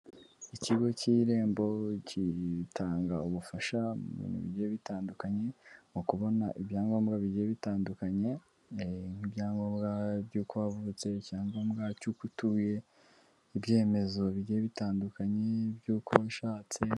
Ikigo cy'irembo gitanga ubufasha mu bintu bigiye bitandukanye, mu kubona ibyangombwa bigiye bitandukanye, nk'ibyangombwa by'uko wavutse, icyangombwa cy'uko utuye, ibyemezo bigiye bitandukanye by'uko washatse.